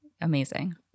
Amazing